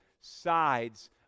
sides